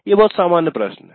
ये बहुत सामान्य प्रश्न हैं